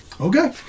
Okay